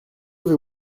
avez